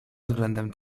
względem